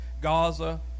Gaza